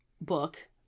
book